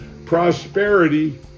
Prosperity